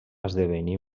esdevenir